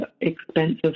expensive